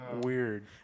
Weird